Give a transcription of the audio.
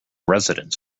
residents